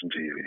TV